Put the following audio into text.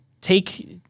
take